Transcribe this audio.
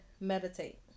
meditate